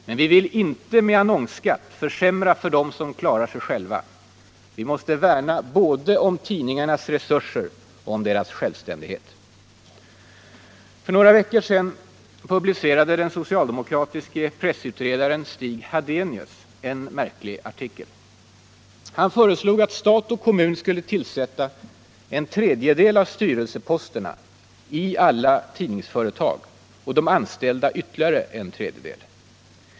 Men vi vill inte med annonsskatt försämra för dem som klarar sig själva. Vi måste värna både om tidningarnas resurser och om deras självständighet. För några veckor sedan publicerade den socialdemokratiske pressutredaren Stig Hadenius en märklig artikel. Han föreslog att stat och kommun skulle tillsätta en tredjedel av styrelseposterna i alla tidningsföretag och de anställda ytterligare en tredjedel.